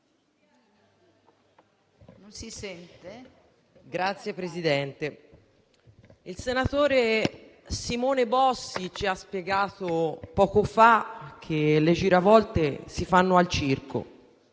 Signor Presidente, il senatore Simone Bossi ci ha spiegato poco fa che le giravolte si fanno al circo,